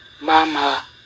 Mama